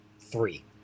three